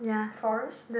forest